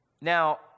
Now